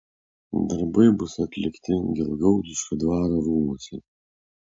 darbai bus atlikti gelgaudiškio dvaro rūmuose